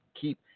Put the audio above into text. keep